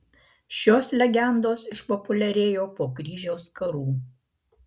šios legendos išpopuliarėjo po kryžiaus karų